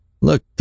look